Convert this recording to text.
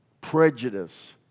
prejudice